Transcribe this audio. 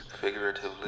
Figuratively